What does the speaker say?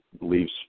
leaves